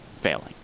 failing